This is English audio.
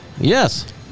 Yes